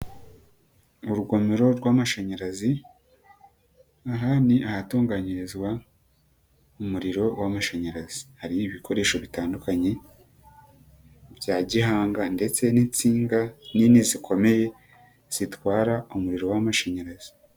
Urugomero rw'amashanyarazi, aha ni ahatunganyirizwa umuriro w'amashanyarazi, hari ibikoresho bitandukanye bya gihanga ndetse n'insinga nini zikomeye zitwara umuriro w'amashanyarazi.